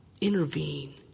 Intervene